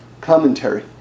commentary